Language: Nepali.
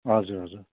हजुर हजुर